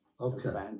Okay